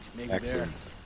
Excellent